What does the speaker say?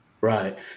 Right